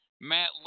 Matt